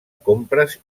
compres